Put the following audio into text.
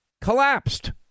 collapsed